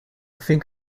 think